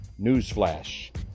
Newsflash